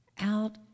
Out